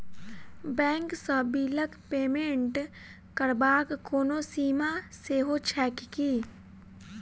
Bank सँ बिलक payment करबाक कोनो सीमा सेहो छैक की?